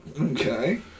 okay